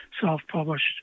self-published